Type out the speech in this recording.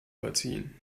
verziehen